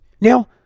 Now